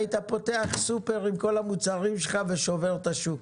היית פותח סופר עם כל המוצרים שלך ושובר את השוק.